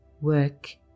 work